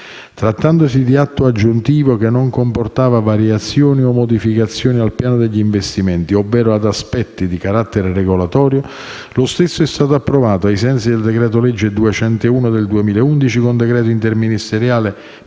Trattandosi di atto aggiuntivo, che non comportava variazioni o modificazioni al piano degli investimenti, ovvero ad aspetti di carattere regolatorio, lo stesso è stato approvato, ai sensi del decreto-legge n. 201 del 2011, con decreto interministeriale